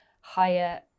higher